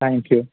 thank you